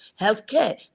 healthcare